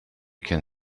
can